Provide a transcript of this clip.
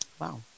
Wow